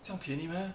这样便宜 meh